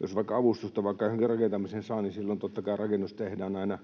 jos vaikka avustusta johonkin rakentamiseen saa, niin silloin, totta kai, rakennus tehdään aina